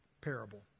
parable